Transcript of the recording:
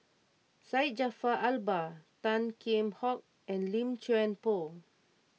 Syed Jaafar Albar Tan Kheam Hock and Lim Chuan Poh